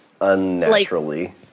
unnaturally